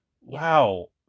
Wow